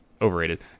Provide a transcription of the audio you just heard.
overrated